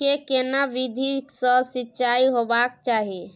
के केना विधी सॅ सिंचाई होबाक चाही?